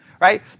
right